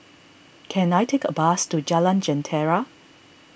can I take a bus to Jalan Jentera